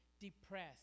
depressed